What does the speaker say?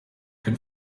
can